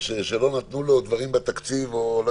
נתנו לו דברים בתקציב או לא